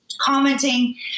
commenting